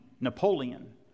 Napoleon